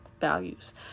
values